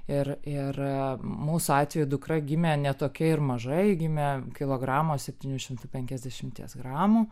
ir ir mūsų atveju dukra gimė ne tokia ir maža ji gimė kilogramo septynių penkiasdešimties gramų